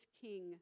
king